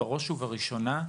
בראש ובראשונה,